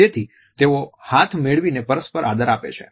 તેથી તેઓ હાથ મેળવીને પરસ્પર આદર આપે છે